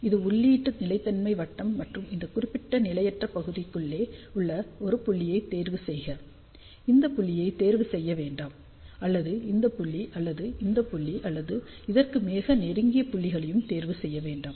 இது உள்ளீட்டு நிலைத்தன்மை வட்டம் மற்றும் இந்த குறிப்பிட்ட நிலையற்ற பகுதிக்குள்ளே ஒரு புள்ளியைத் தேர்வு செய்க இந்த புள்ளியைத் தேர்வு செய்ய வேண்டாம் அல்லது இந்த புள்ளி அல்லது இந்த புள்ளி அல்லது இதற்கு மிக நெருங்கிய புள்ளிகளையும் தேர்வு செய்ய வேண்டாம்